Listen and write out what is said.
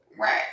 Right